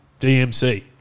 DMC